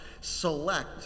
select